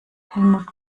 helmut